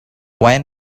when